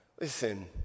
Listen